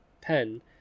pen